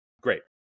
great